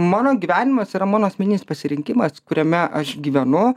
mano gyvenimas yra mano asmeninis pasirinkimas kuriame aš gyvenu